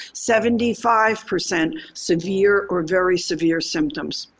seventy five percent severe or very severe symptoms.